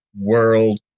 world